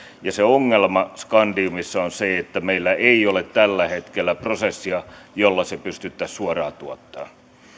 ja ongelma skandiumissa on se että meillä ei ole tällä hetkellä prosessia jolla sitä pystyttäisiin suoraan tuottamaan